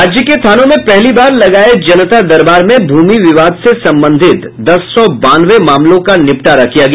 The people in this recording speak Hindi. राज्य के थानों में पहली बार लगाये जनता दरबार में भूमि विवाद से संबंधित दस सौ बानवे मामलों का निपटारा किया गया